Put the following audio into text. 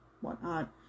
whatnot